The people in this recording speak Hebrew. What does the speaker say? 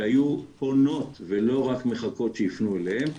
שהיו פונות ולא רק מחכות שיפנו אליהן,